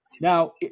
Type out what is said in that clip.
Now